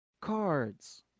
cards